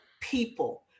people